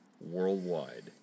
worldwide